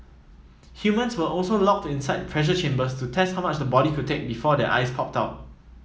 humans were also locked inside pressure chambers to test how much the body could take before their eyes popped out